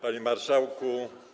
Panie Marszałku!